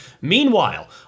Meanwhile